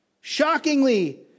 Shockingly